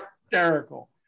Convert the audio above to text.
hysterical